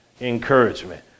encouragement